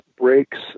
breaks